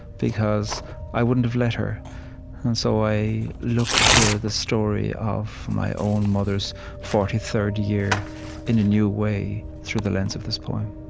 because i wouldn't have let her. and so, i look to the story of my own mother's forty-third year in a new way, through the lens of this poem